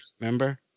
Remember